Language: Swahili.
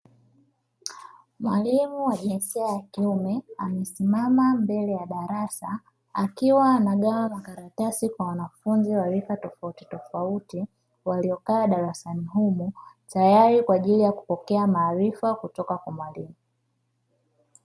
Mwalimu wa jinsia ya kiume amesimama mbele ya darasa, akiwa anagawa makaratasi kwa wanafunzi wa rika tofautitofauti waliokaa darasani humo, tayari kwa ajili ya kupokea maarifa kutoka kwa mwalimu.